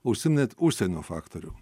užsiminėt užsienio faktorių